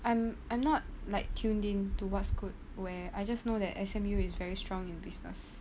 and I'm not like tuned in to what's good where I just know that S_M_U is very strong in business